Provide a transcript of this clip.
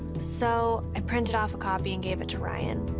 so i printed off a copy and gave it to ryan.